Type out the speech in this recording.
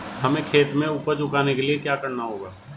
हमें खेत में उपज उगाने के लिये क्या करना होगा?